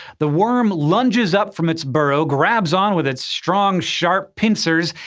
the worm lunges up from its burrow, grabs on with its strong, sharp pincers,